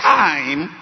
time